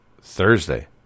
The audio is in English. Thursday